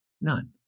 None